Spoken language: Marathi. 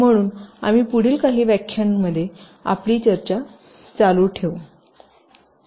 म्हणून आम्ही पुढील काही व्याख्यानांमध्ये आपली चर्चा चालू ठेवू